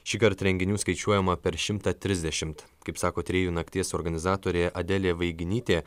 šįkart renginių skaičiuojama per šimtą trisdešimt kaip sako tyrėjų nakties organizatorė adelė vaiginytė